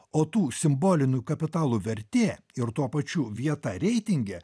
o tų simbolinių kapitalų vertė ir tuo pačiu vieta reitinge